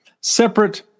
Separate